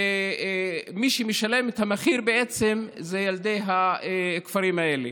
ומי שמשלם את המחיר זה ילדי הכפרים האלה.